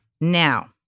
Now